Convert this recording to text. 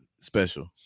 special